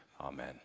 Amen